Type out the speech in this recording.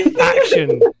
action